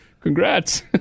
Congrats